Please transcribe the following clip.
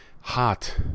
Hot